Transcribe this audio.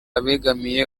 ubangamiye